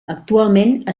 actualment